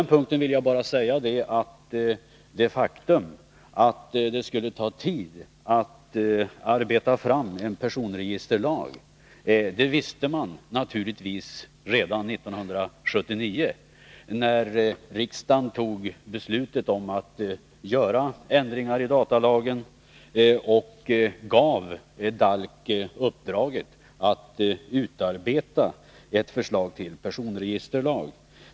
Det faktum att det skulle ta tid att arbeta fram en personregisterlag kände man naturligtvis till redan 1979, när riksdagen fattade beslutet att göra ändringar i datalagen och gav DALK uppdraget att utarbeta ett förslag till personregisterlag.